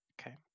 Okay